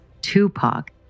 Tupac